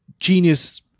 Genius